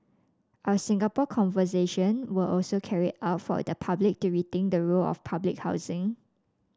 our Singapore Conversation were also carried out for the public to rethink the role of public housing